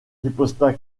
riposta